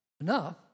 enough